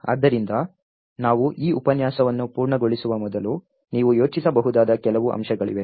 ಆದ್ದರಿಂದ ನಾವು ಈ ಉಪನ್ಯಾಸವನ್ನು ಪೂರ್ಣಗೊಳಿಸುವ ಮೊದಲು ನೀವು ಯೋಚಿಸಬಹುದಾದ ಕೆಲವು ಅಂಶಗಳಿವೆ